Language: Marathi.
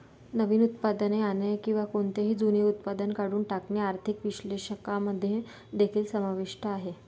नवीन उत्पादने आणणे किंवा कोणतेही जुने उत्पादन काढून टाकणे आर्थिक विश्लेषकांमध्ये देखील समाविष्ट आहे